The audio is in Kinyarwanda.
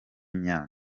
myaka